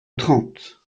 trente